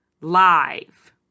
live